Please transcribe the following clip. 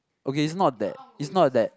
okay is not that is not that